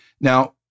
Now